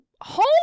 home